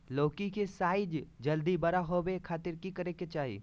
लौकी के साइज जल्दी बड़ा होबे खातिर की करे के चाही?